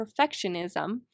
perfectionism